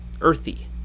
earthy